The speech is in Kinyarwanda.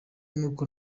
n’uko